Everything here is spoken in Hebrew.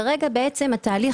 כרגע התהליך,